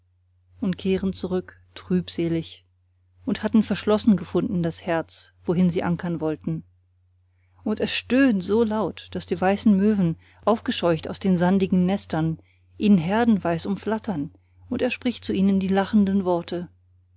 und kehren zurück trübselig und hatten verschlossen gefunden das herz worin sie ankern wollten und er stöhnt so laut daß die weißen möwen aufgescheucht aus den sandigen nestern ihn herdenweis umflattern und er spricht zu ihnen die lachenden worte